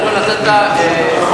אדוני היושב-ראש, תודה רבה.